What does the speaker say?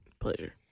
Pleasure